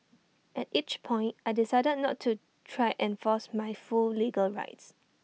at each point I decided not to try enforce my full legal rights